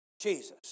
Jesus